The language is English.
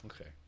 Okay